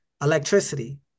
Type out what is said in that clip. electricity